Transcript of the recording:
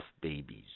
babies